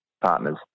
partners